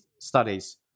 studies